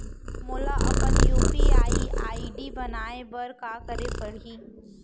मोला अपन UPI ID बनाए बर का करे पड़ही?